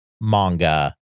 manga